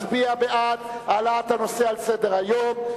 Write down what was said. מצביע בעד העלאת הנושא על סדר-היום,